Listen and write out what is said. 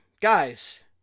guys